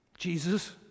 Jesus